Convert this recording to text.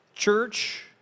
Church